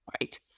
right